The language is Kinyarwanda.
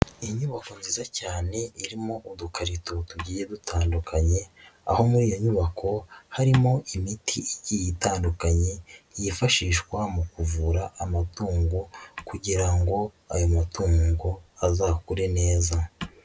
Inyubako nziza cyane irimo udukarito tugiye dutandukanye, aho muri iyo nyubako harimo imiti igiye itandukanye, yifashishwa mu kuvura amatungo kugira ngo ayo matungo azakure neza.